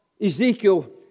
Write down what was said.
Ezekiel